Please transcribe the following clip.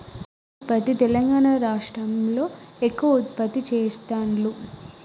బియ్యం ఉత్పత్తి తెలంగాణా రాష్ట్రం లో ఎక్కువ ఉత్పత్తి చెస్తాండ్లు